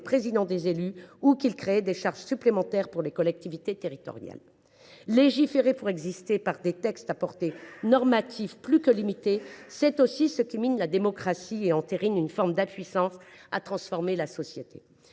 représentants des élus ou qu’ils créaient des charges supplémentaires pour les collectivités territoriales. Légiférer pour exister, par des textes à la portée normative plus que limitée, voilà qui mine la démocratie et entérine une forme d’impuissance à transformer la société.